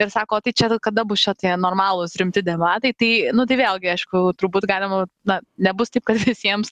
ir sako tai čia kada bus čia tie normalūs rimti debatai tai nu tai vėlgi aišku turbūt galima na nebus taip kad visiems